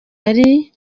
gihari